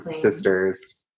sisters